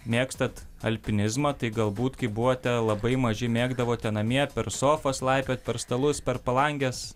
mėgstat alpinizmą tai galbūt kai buvote labai maži mėgdavote namie per sofos laipiot per stalus per palanges